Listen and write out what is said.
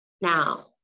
Now